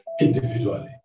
individually